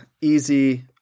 easy